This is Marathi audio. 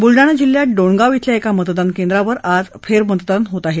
ब्लडाणा जिल्ह्यात डोणगाव इथल्या एका मतदान केंद्रावर आज फेरमतदान होत आहे